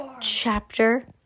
Chapter